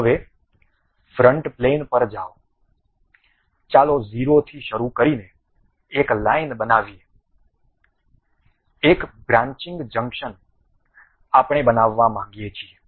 હવે front plane પર જાઓ ચાલો 0 થી શરૂ કરીને એક લાઈન બનાવીએ એક બ્રાંચિંગ જંકશન આપણે બનાવવા માંગીએ છીએ